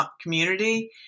community